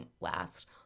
last